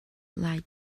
like